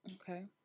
okay